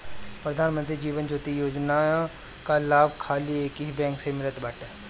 प्रधान मंत्री जीवन ज्योति बीमा योजना कअ लाभ खाली एकही बैंक से मिलत बाटे